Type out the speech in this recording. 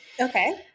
okay